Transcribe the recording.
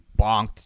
bonked